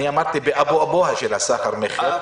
אמרתי בְּאַבּוּ אַבּוּהָה של הסחר מכר.